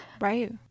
Right